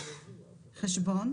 "חשבון"